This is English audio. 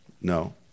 No